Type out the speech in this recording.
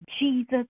Jesus